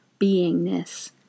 beingness